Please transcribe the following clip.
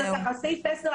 אז לסעיף 10,